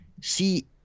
see